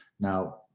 Now